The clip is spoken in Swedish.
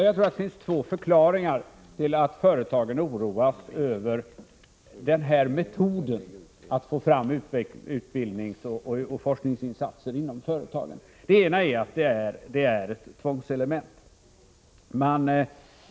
Jag tror att det finns två skäl till att företagen oroas över denna metod att få fram utbildningsoch forskningsinsatser inom företagen. Det ena skälet är att metoden innehåller ett tvångselement.